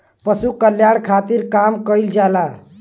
पशु कल्याण खातिर काम कइल जाला